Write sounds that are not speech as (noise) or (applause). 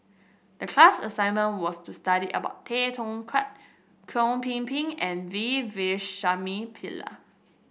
the class assignment was to study about Tay Teow Kiat Chow Ping Ping and V Wish (unintelligible) Pillai